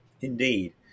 Indeed